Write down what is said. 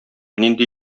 нинди